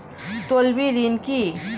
তলবি ঋন কি?